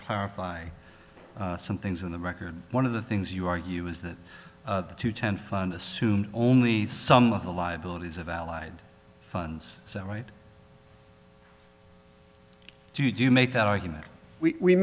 clarify some things in the record one of the things you argue is that the two tend fund assumed only some of the liabilities of allied funds so right do you make that argument we